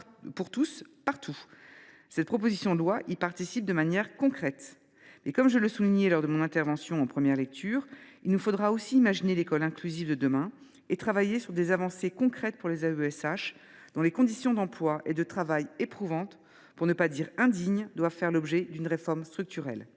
pour tous, partout ; cette proposition de loi y participe de manière concrète. Mais, comme je le soulignais lors de mon intervention en première lecture, il nous faudra aussi imaginer l’école inclusive de demain et travailler à des avancées concrètes pour les AESH, dont les conditions d’emploi et de travail éprouvantes, pour ne pas dire indignes, doivent faire l’objet d’une réforme structurelle.